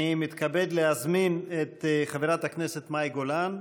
אני מתכבד להזמין את חברת הכנסת מאי גולן.